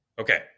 Okay